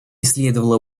следовало